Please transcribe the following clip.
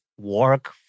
work